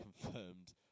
confirmed